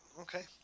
okay